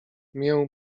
mię